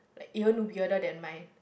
like even weirder than mine